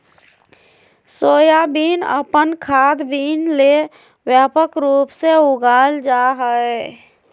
soybean अपन खाद्य bean ले व्यापक रूप से उगाल जा हइ